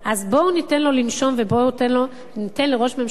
אז בואו ניתן לו לנשום ובואו ניתן לראש ממשלה